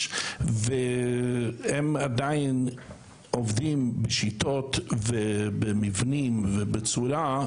והם עדיין עובדים בשיטות ובמבנים ובצורה,